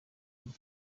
bob